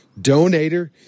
donator